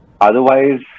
Otherwise